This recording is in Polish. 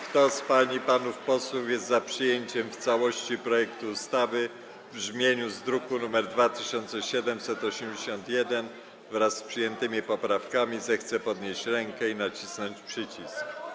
Kto z pań i panów posłów jest za przyjęciem w całości projektu ustawy w brzmieniu z druku nr 2781, wraz z przyjętymi poprawkami, zechce podnieść rękę i nacisnąć przycisk.